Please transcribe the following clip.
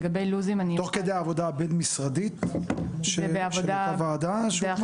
תוך כדי העבודה הבין משרדית של אותה ועדה שהוקמה?